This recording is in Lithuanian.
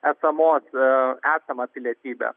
esamos esamą pilietybę